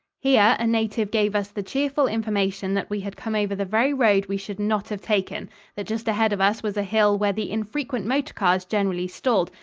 here a native gave us the cheerful information that we had come over the very road we should not have taken that just ahead of us was a hill where the infrequent motor cars generally stalled,